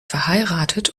verheiratet